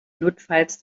notfalls